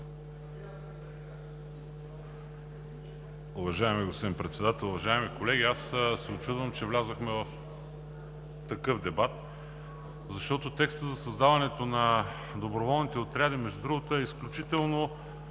Уважаеми господин Председател, уважаеми колеги! Аз се учудвам, че влязохме в такъв дебат, защото текстът за създаването на доброволните отряди, между другото, е изключително